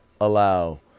allow